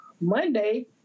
Monday